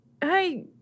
hey